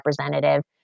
representative